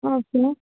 okay